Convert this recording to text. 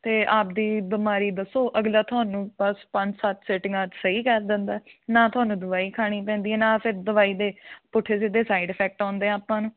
ਅਤੇ ਆਪਦੀ ਬਿਮਾਰੀ ਦੱਸੋ ਅਗਲਾ ਤੁਹਾਨੂੰ ਬਸ ਪੰਜ ਸੱਤ ਸੀਟਿੰਗਾਂ 'ਚ ਸਹੀ ਕਰ ਦਿੰਦਾ ਨਾ ਤੁਹਾਨੂੰ ਦਵਾਈ ਖਾਣੀ ਪੈਂਦੀ ਹੈ ਨਾ ਫਿਰ ਦਵਾਈ ਦੇ ਪੁੱਠੇ ਸਿੱਧੇ ਸਾਈਡ ਇਫੈਕਟ ਆਉਂਦੇ ਆ ਆਪਾਂ ਨੂੰ